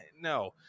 no